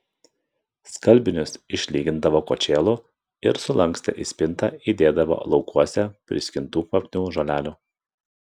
skalbinius išlygindavo kočėlu ir sulankstę į spintą įdėdavo laukuose priskintų kvapnių žolelių